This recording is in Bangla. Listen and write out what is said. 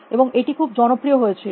এবং এটি খুব জনপ্রিয় হয়েছিল